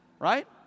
Right